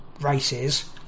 races